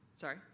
Sorry